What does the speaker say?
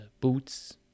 boots